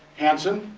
hansen,